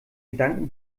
gedanken